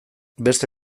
beste